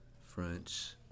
French